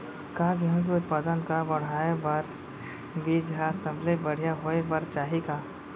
का गेहूँ के उत्पादन का बढ़ाये बर बीज ह सबले बढ़िया होय बर चाही का?